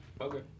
Okay